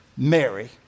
Mary